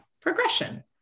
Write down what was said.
progression